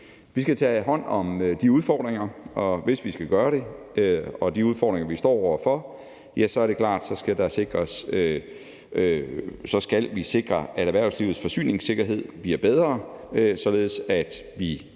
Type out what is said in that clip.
Vi skal tage hånd om de udfordringer, vi står over for, og hvis vi skal gøre det, så er det klart, at vi skal sikre, at erhvervslivets forsyningssikkerhed bliver bedre, således at vi